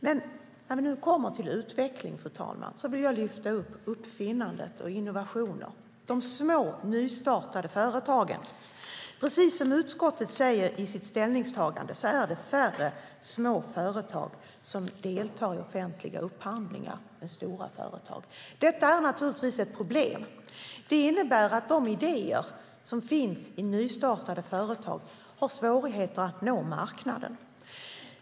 Men när vi nu kommer till utveckling, fru talman, vill jag lyfta fram uppfinnande, innovationer och de små nystartade företagen. Precis som utskottet skriver i sitt ställningstagande är det färre små företag än stora företag som deltar i offentliga upphandlingar. Detta är naturligtvis ett problem. Det innebär att de idéer som finns i nystartade företag har svårigheter att nå marknaden.